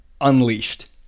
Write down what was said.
unleashed